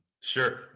Sure